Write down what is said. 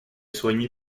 soigné